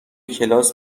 کلاس